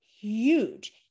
huge